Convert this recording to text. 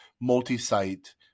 multi-site